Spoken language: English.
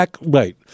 Right